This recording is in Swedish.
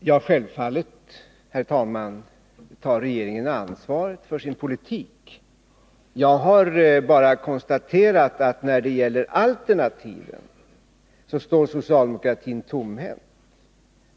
Herr talman! Självfallet tar regeringen ansvar för sin politik. Jag har bara konstaterat att socialdemokratin står tomhänt när det gäller alternativen.